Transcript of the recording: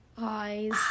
Eyes